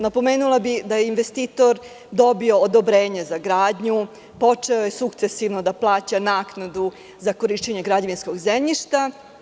Napomenula bih da je investitor dobio odobrenje za gradnju, počeo je sukcesivno da plaća naknadu za korišćenje građevinskog zemljišta.